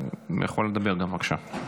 בבקשה.